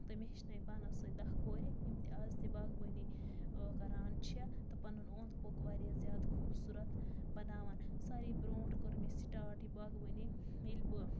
تہٕ مےٚ ہیٚچھنٲے پانَس سۭتۍ دہ کورِ یِم آز تہِ باغبٲنی کَران چھِ تہٕ پَنُن اوٚند پوٚکھ خوٗبصورت بَناوان ساروی برونٛٹھ کوٚر مےٚ سٹاٹ یہِ باغوٲنی ییٚلہِ بہٕ